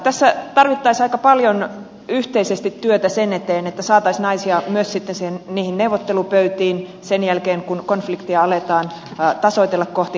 tässä tarvittaisiin aika paljon yhteisesti työtä sen eteen että saataisiin naisia myös niihin neuvottelupöytiin sen jälkeen kun konfliktia aletaan tasoitella kohti demokraattisempaa yhteiskuntaa